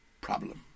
problem